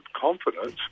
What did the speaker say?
confidence